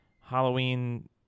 Halloween